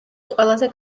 ყველაზე